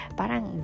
parang